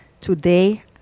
today